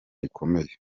rikomeye